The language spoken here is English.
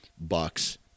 bucks